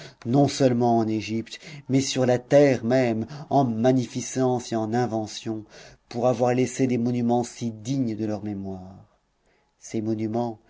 non-seulement en égypte mais sur la terre même en magnificence et en invention pour avoir laissé des monuments si dignes de leur mémoire ces monuments